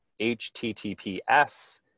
HTTPS